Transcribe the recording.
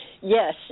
yes